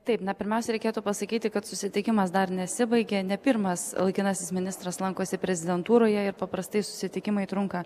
taip na pirmiausia reikėtų pasakyti kad susitikimas dar nesibaigė ne pirmas laikinasis ministras lankosi prezidentūroje ir paprastai susitikimai trunka